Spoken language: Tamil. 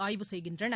ஆய்வு செய்கின்றனர்